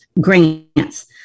grants